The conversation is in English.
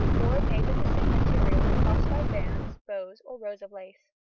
or made of the same material, crossed by bands, bows, or rows of lace.